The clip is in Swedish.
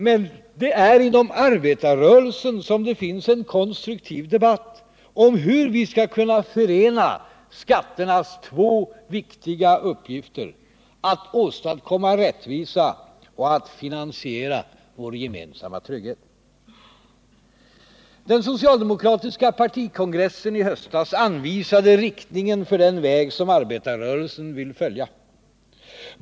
Men det är inom arbetarrörelsen som det finns en konstruktiv debatt om hur vi skall kunna förena skatternas två viktiga uppgifter: att åstadkomma rättvisa och att finansiera vår gemensamma trygghet. Den socialdemokratiska partikongressen i höstas anvisade riktningen för den väg som arbetarrörelsen vill följa.